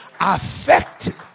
affect